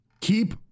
keep